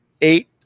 eight